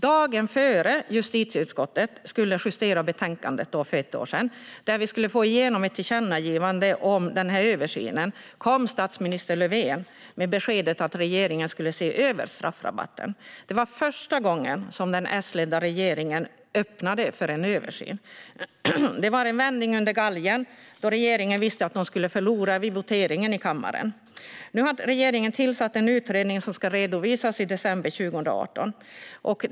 Dagen innan justitieutskottet skulle justera betänkandet, för ett år sedan, där vi skulle få igenom ett tillkännagivande om denna översyn kom statsminister Löfven med beskedet att regeringen skulle se över straffrabatten. Det var första gången som den S-ledda regeringen öppnade för en översyn. Det var en vändning under galgen. Regeringen visste att de skulle förlora vid voteringen i kammaren. Nu har regeringen tillsatt en utredning som ska redovisa sitt resultat i december 2018.